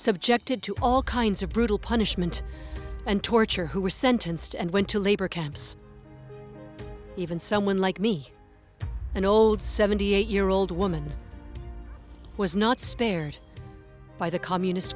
subjected to all kinds of brutal punishment and torture who were sentenced and went to labor camps even someone like me an old seventy eight year old woman was not spared by the communist